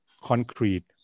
concrete